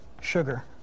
sugar